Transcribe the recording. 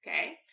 Okay